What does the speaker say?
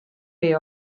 pay